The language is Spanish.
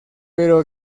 pero